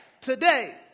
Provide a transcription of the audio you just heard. Today